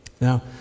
Now